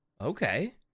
Okay